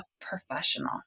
professional